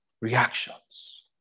reactions